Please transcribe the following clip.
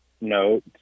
note